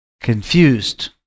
Confused